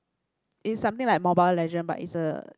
is something like Mobile Legend but is a